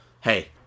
Hey